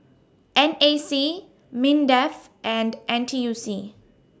N A C Mindef and N T U C